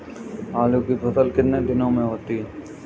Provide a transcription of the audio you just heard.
आलू की फसल कितने दिनों में होती है?